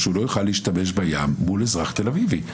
שהוא לא יוכל להשתמש ביום מול אזרח תל אביבי.